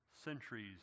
centuries